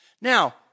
Now